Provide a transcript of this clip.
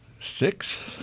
Six